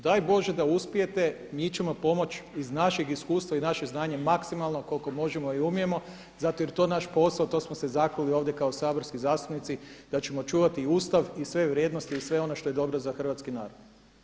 Daj Bože da uspijete, mi ćemo pomoći iz našeg iskustva i naše znanje maksimalno koliko možemo i umijemo zato jer je to naš posao, to smo se zakleli ovdje kao saborski zastupnici da ćemo čuvati Ustav i sve vrijednosti i sve ono što je dobro za hrvatski narod.